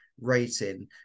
rating